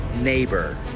Neighbor